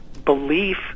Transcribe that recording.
belief